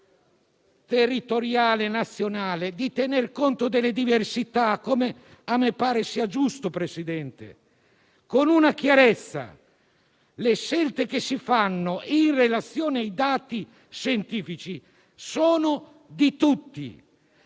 territoriale nazionale e a tener conto delle diversità, come a me pare sia giusto, signor Presidente, mettendo in chiaro che le scelte che si fanno, in relazione ai dati scientifici, sono di tutti.